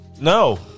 No